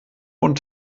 und